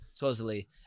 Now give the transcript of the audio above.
Supposedly